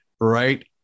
right